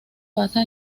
basa